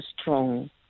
strong